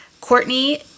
Courtney